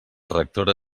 rectora